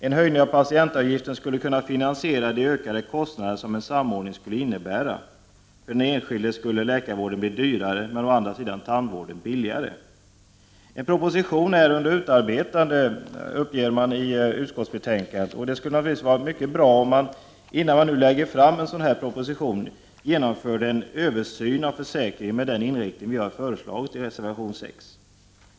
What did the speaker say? En höjning av patientavgiften skulle kunna finansiera de ökade kostnader som en samordning skulle innebära. För den enskilde skulle läkarvården bli dyrare men å andra sidan tandvården billigare. En proposition är under utarbetande, uppger man i utskottsbetänkandet, och det skulle naturligtvis vara bra om man, innan man lägger fram den, genomförde en översyn av försäkringen med den inriktning som vi har föreslagit i reservation 6.